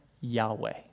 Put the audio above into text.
Yahweh